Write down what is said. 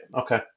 Okay